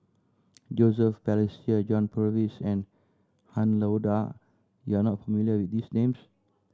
Joseph Balestier John Purvis and Han Lao Da you are not familiar with these names